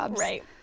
Right